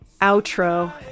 outro